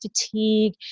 fatigue